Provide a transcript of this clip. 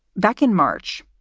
back in march,